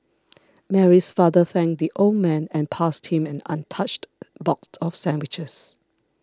Mary's father thanked the old man and passed him an untouched box of sandwiches